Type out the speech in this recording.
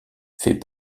fait